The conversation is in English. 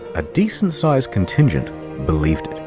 a decent-sized contingent believed it.